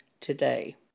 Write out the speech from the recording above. today